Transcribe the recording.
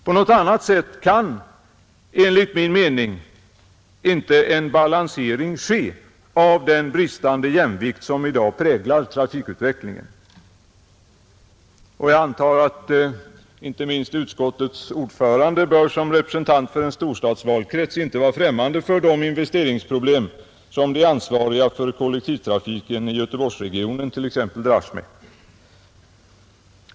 På något annat sätt kan, enligt min mening, inte en balansering ske av den bristande jämvikt som i dag präglar trafikutvecklingen, och jag antar att inte minst utskottets ordförande, som representant för en storstadsvalkrets, inte är främmande för de investeringsproblem som de ansvariga för kollektivtrafiken i t.ex. Göteborgsregionen dras med.